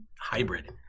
hybrid